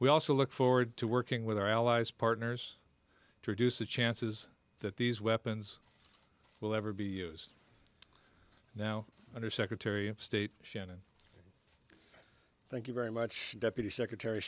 we also look forward to working with our allies partners to reduce the chances that these weapons will ever be used now under secretary of state shannon thank you very much deputy secretary